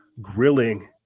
grilling